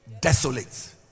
desolate